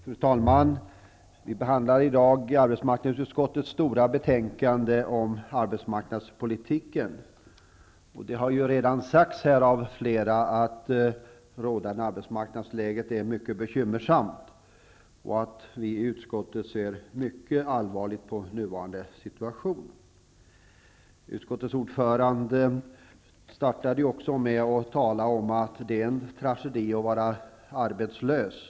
Fru talman! Vi behandlar i dag arbetsmarknadsutskottets betänkande om arbetsmarknadspolitiken. Flera talare har redan sagt att det rådande arbetsmarknadsläget är mycket bekymmersamt. Vi i utskottet ser mycket allvarligt på nuvarande situation. Utskottets ordförande inledde med att säga att det är en tragedi att vara arbetslös.